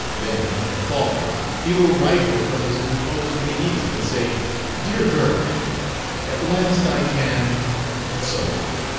then, in the fall he will write her from his new post in the east, and say dear girl at last i can and so on.